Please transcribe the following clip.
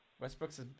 Westbrook's